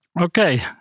Okay